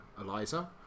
Eliza